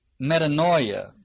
metanoia